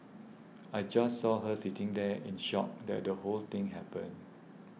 I just saw her sitting there in shock that the whole thing happened